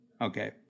Okay